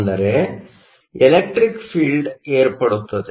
ಅಂದರೆ electric field ಏರ್ಪಡುತ್ತದೆ